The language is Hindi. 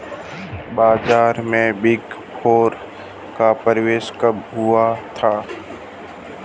बाजार में बिग फोर का प्रवेश कब हुआ था?